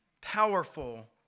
powerful